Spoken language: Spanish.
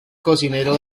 cocinero